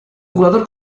jugador